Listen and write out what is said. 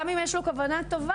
גם אם יש לו כוונה טובה,